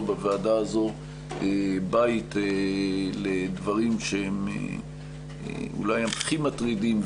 בוועדה הזו בית לדברים שהם אולי הכי מטרידים,